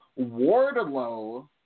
Wardlow